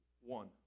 One